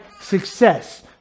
success